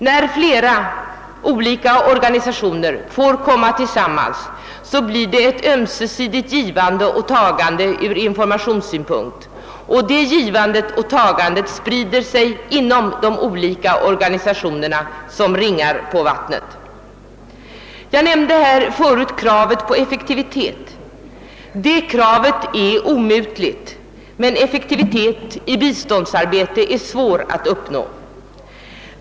När flera olika organisationer får komma tillsammans blir det ett ömsesidigt givande och tagande av informationer, och detta givande och tagande sprider sig inom de olika organisationerna som ringar på vattnet. Jag nämnde förut kravet på effektivitet. Detta krav är omutligt. Men effektivitet i biståndsarbete är svår att uppnå.